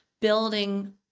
building